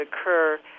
occur